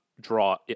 Draw